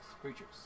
creatures